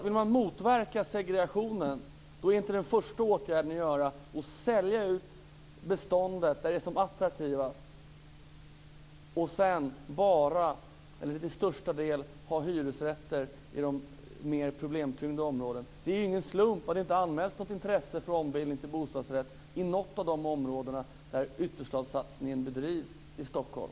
Vill man motverka segregationen är den första åtgärden man skall vidta inte att sälja ut det mest attraktiva beståndet. Man skall inte till största delen ha hyresrätter i de mer problemtyngda områdena. Det är ingen slump att det inte anmäls något intresse för ombildning till bostadsrätt i något av de områden där man bedriver ytterstadssatsning i Stockholm.